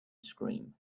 scream